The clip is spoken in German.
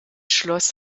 schloss